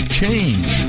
change